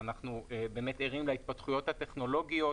ואנחנו באמת ערים להתפתחויות הטכנולוגיות